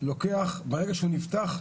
ברגע שהוא נפתח,